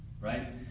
Right